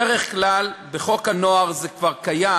בדרך כלל, בחוק הנוער זה כבר קיים,